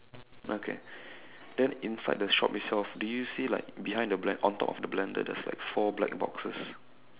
okay then inside the shop itself do you see like behind the blend~ on top of the blender there's like four black boxes